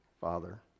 father